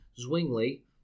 Zwingli